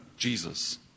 Jesus